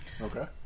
Okay